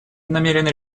намерена